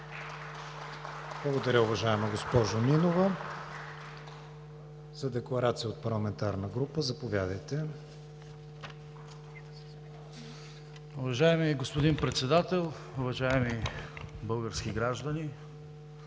Благодаря, уважаема госпожо Нинова. За декларация от парламентарна група – заповядайте. ТОМА БИКОВ (ГЕРБ): Уважаеми господин Председател, уважаеми български граждани!